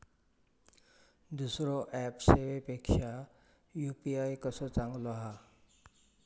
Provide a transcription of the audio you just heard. दुसरो ऍप सेवेपेक्षा यू.पी.आय कसो चांगलो हा?